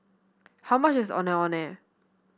how much is Ondeh Ondeh